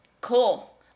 Cool